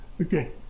Okay